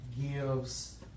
gives